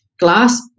Glass